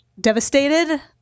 devastated